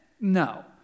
No